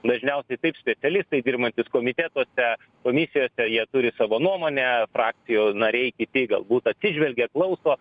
dažniausiai taip specialistai dirbantys komitetuose komisijose jie turi savo nuomonę frakcijų nariai kiti galbūt atsižvelgia klauso